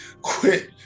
Quit